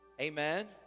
Amen